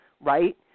right